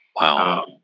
Wow